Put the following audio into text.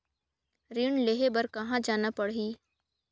ऋण लेहे बार कहा जाना पड़ही?